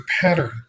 pattern